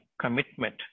commitment